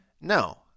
No